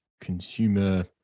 consumer